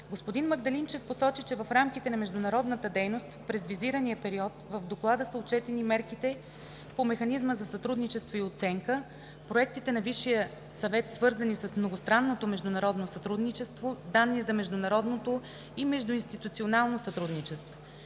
Господин Магдалинчев посочи, че в рамките на международната дейност през визирания период в Доклада са отчетени мерките по Механизма за сътрудничество и оценка, проектите на Висшия съвет, свързани с многостранното международно сътрудничество, данни за международното и междуинституционално сътрудничество.